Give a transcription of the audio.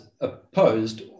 opposed